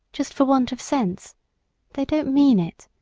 just for want of sense they don't mean it,